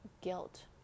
guilt